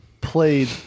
played